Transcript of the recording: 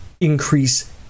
increase